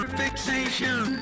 fixation